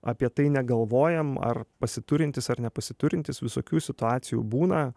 apie tai negalvojam ar pasiturintys ar nepasiturintys visokių situacijų būna